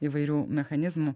įvairių mechanizmų